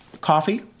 coffee